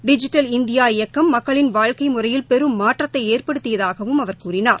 digital India இயக்கம் மக்களின் வாழ்க்கைமுறையில் பெரும் மாற்றத்தைஏற்படுத்தியதாகவும் அவர் கூறினார்